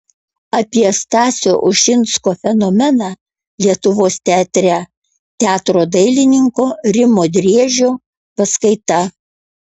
apie stasio ušinsko fenomeną lietuvos teatre teatro dailininko rimo driežio paskaita